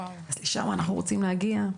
לשם אנחנו רוצים להגיע?